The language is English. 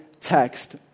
text